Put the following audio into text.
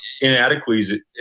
inadequacies